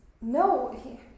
No